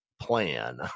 plan